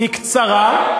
היא קצרה,